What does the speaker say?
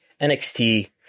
NXT